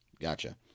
Gotcha